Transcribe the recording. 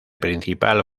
principal